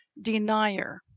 denier